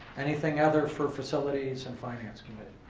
anything other for facilities and finance committee?